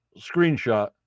screenshot